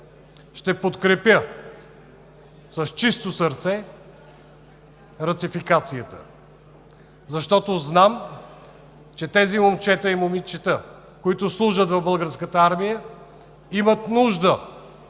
ще подкрепя с чисто сърце ратификацията, защото знам, че тези момчета и момичета, които служат в Българската армия имат нужда